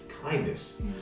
kindness